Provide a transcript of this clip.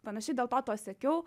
panašiai dėl to to siekiau